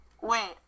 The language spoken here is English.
Wait